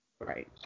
Right